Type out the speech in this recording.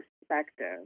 perspective